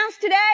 today